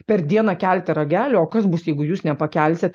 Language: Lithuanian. per dieną kelti ragelio o kas bus jeigu jūs nepakelsit